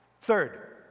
Third